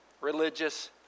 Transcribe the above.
religious